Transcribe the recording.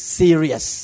serious